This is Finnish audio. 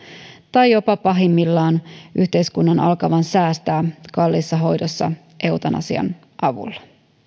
tai jopa pahimmillaan yhteiskunnan alkavan säästää kalliissa hoidoissa eutanasian avulla